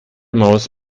maus